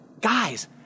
guys